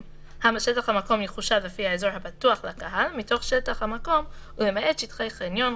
שטח המיקום יחושב לפי האזור הפתוח לקהל מתך שטח המקום ולמעט שטחי חניון,